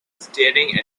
staring